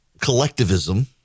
collectivism